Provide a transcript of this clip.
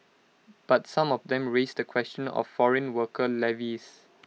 but some of them raise the question of foreign worker levies